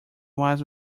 was